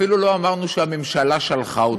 אפילו לא אמרנו שהממשלה שלחה אותנו.